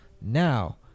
Now